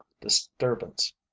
disturbance